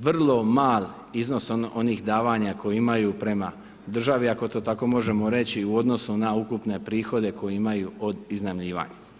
vrlo mal iznos onih davanja koje imaju prema državi, ako to tako možemo reći, u odnosu na ukupne prihode, koji imaju od iznajmljivanja.